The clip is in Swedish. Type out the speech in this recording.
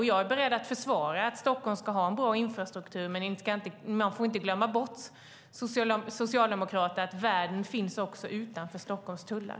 Jag är beredd att försvara att Stockholm ska ha en bra infrastruktur. Men man får inte, socialdemokrater, glömma bort att världen finns också utanför Stockholms tullar.